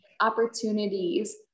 opportunities